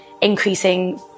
increasing